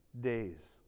days